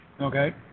Okay